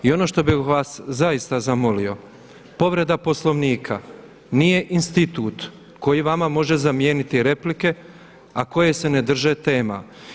I ono što bih vas zaista zamolio povreda Poslovnika nije institut koji vama može zamijeniti replike a koje se ne drže tema.